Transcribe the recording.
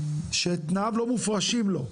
שתנאיו לא מופרשים לו,